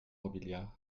robiliard